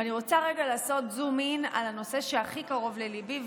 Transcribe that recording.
ואני רוצה רגע לעשות zoom in על הנושא שהכי קרוב לליבי,